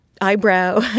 eyebrow